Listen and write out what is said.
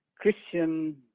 Christian